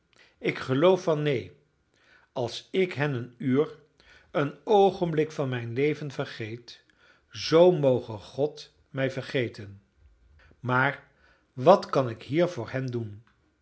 ik geloof van neen als ik hen een uur een oogenblik van mijn leven vergeet zoo moge god mij vergeten maar wat kan ik hier voor hen doen